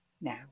now